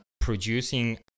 producing